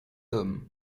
homme